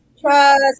Trust